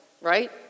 right